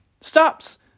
Stops